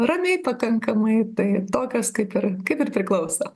ramiai pakankamai tai tokios kaip ir kaip ir priklauso